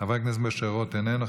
חבר הכנסת משה רוט, איננו.